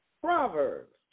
Proverbs